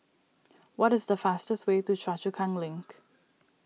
what is the fastest way to Choa Chu Kang Link